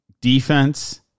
defense